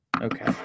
Okay